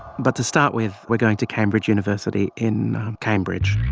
but to start with, we are going to cambridge university in cambridge.